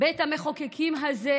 בית המחוקקים הזה,